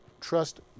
trust